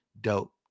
dope